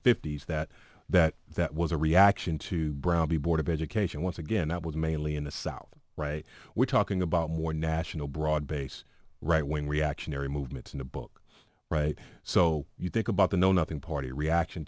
fifty s that that that was a reaction to brown v board of education once again that was mainly in the south right we're talking about more national broad base right wing reactionary movements in a book right so you think about the know nothing party reaction